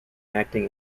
acting